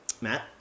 Matt